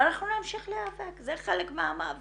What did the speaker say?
אבל אנחנו נמשיך להיאבק, זה חלק מהמאבק.